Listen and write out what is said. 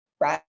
right